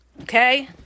Okay